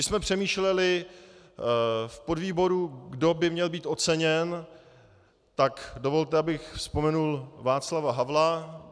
Když jsme přemýšleli v podvýboru, kdo by měl být oceněn, tak dovolte, abych vzpomenul Václava Havla.